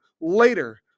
later